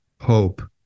hope